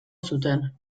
zuten